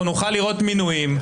אנחנו נוכל לראות מינויים,